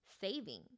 saving